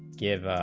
give